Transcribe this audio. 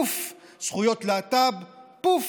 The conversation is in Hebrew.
פוף, זכויות להט"ב, פוף.